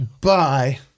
Bye